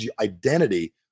identity